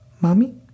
Mommy